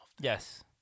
Yes